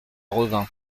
revin